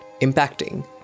impacting